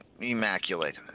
Immaculate